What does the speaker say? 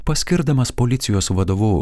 paskirdamas policijos vadovu